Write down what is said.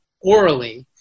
orally